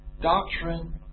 doctrine